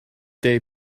day